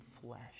flesh